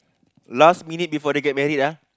last minute before they get married ah